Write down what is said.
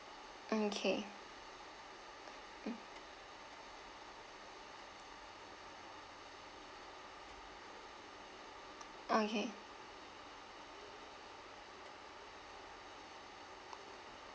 okay mm okay